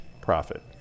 profit